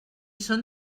són